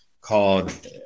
called